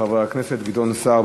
חבר הכנסת גדעון סער.